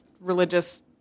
religious